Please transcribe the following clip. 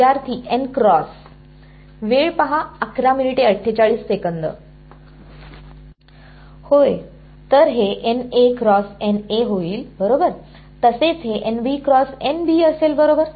विद्यार्थी N cross होय तर हे होईल बरोबर तसेच हे असेल बरोबर